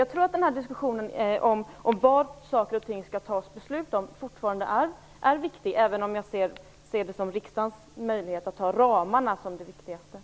Jag tror att diskussionen om vad som skall fattas beslut om fortfarande är viktig, även om jag anser riksdagens viktigaste uppgift vara att fatta beslut om ramarna.